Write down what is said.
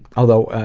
although,